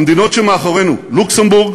המדינות שאחרינו: לוקסמבורג,